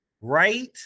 right